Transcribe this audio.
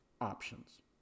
options